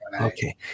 Okay